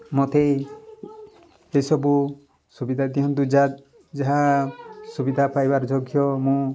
ମତେ ଏସବୁ ସୁବିଧା ଦିଅନ୍ତୁ ଯାହା ସୁବିଧା ପାଇବାର ଯୋଗ୍ୟ ମୁଁ